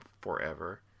forever